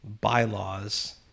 bylaws